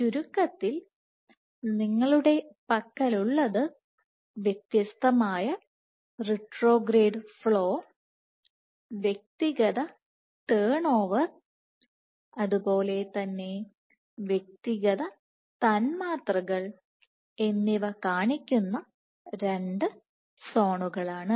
ചുരുക്കത്തിൽ നിങ്ങളുടെ പക്കലുള്ളത് വ്യത്യസ്ത റിട്രോഗ്രേഡ് ഫ്ലോ വ്യക്തിഗത ടേൺഓവർ അതുപോലെതന്നെ വ്യക്തിഗത തന്മാത്രകൾ എന്നിവ കാണിക്കുന്ന രണ്ട് സോണുകളാണ്